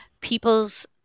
people's